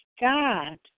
God